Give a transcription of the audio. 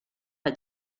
had